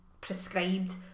prescribed